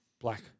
Black